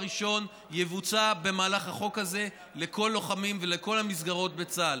ראשון שיבוצע במהלך החוק הזה לכל הלוחמים ולכל המסגרות בצה"ל.